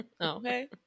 Okay